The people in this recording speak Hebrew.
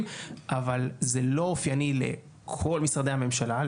אבל זה לא אופייני לכל משרדי הממשלה,